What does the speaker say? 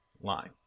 line